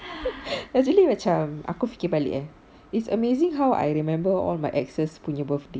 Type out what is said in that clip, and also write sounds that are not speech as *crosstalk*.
*laughs* actually macam aku fikir balik kan it's amazing how I remember all my exes punya birthday